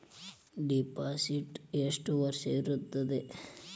Deposit ಎಷ್ಟು ವರ್ಷ ಇರುತ್ತದೆ?